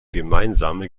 gemeinsame